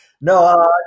no